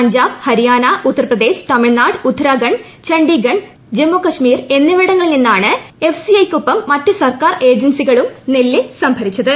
പഞ്ചാബ് ഹരിയാന ഉത്തർപ്രദേശ് തമിഴ്നാട് ഉത്തരാഖണ്ഡ് ചണ്ഡീഗഡ് ജമ്മു കശ്മീർ എന്നിവിടങ്ങളിൽ നിന്നാണ് F C ഐക്കൊപ്പം മറ്റ് സർക്കാർ ഏജൻസികളും നെല്ല് സംഭരിച്ചത്